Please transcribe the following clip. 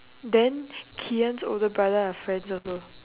then ki-en's older brother her friend also